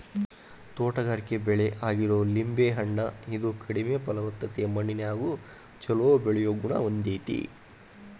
ತೋಟಗಾರಿಕೆ ಬೆಳೆ ಆಗಿರೋ ಲಿಂಬೆ ಹಣ್ಣ, ಇದು ಕಡಿಮೆ ಫಲವತ್ತತೆಯ ಮಣ್ಣಿನ್ಯಾಗು ಚೊಲೋ ಬೆಳಿಯೋ ಗುಣ ಹೊಂದೇತಿ